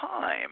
time